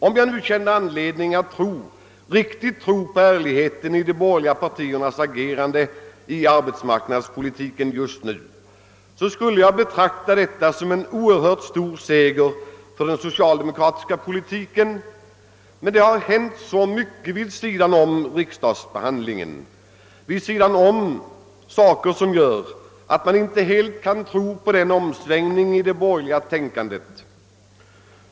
Om det fanns anledning att riktigt tro på ärligheten i de borgerliga partiernas agerande när det gäller arbetsmarknadspolitiken just nu, så skulle jag betrakta detta som en oerhört stor seger för den socialdemokratiska politiken. Men det har vid sidan av riksdagsbehandlingen hänt så mycket som gör att man inte helt kan tro på den borgerliga omsvängningen.